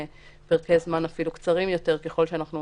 פרקי זמן אפילו קצרים יותר, ככל שאנחנו